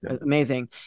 Amazing